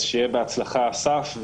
אז שיהיה בהצלחה אסף.